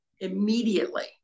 immediately